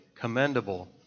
commendable